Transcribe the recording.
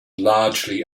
largely